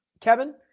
Kevin